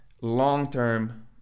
long-term